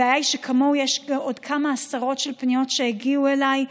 הבעיה היא שכמוהו יש עוד כמה עשרות של פניות שהגיעו אלי,